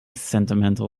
sentimental